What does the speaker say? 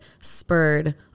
spurred